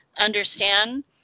understand